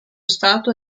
stato